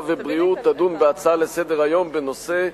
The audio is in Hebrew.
ובריאות תדון בהצעות לסדר-היום בנושא: